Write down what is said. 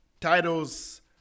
titles